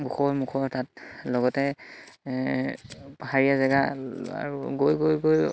ওখোৰা মোখোৰা তাত লগতে পাহাৰীয়া জেগা আৰু গৈ গৈ গৈ